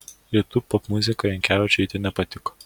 rytų popmuzika jankevičiui itin nepatiko